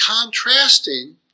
contrasting